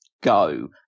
go